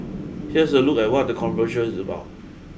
here's a look at what the conversion is about